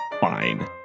fine